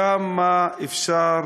כמה אפשר